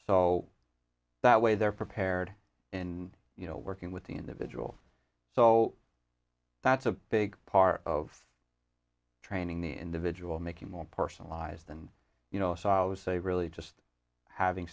so that way they're prepared in you know working with the individual so that's a big part of training the individual making more personalized and you know so i would say really just having